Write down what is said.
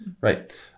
Right